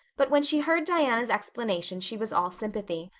but when she heard diana's explanation she was all sympathy.